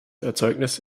erzeugnis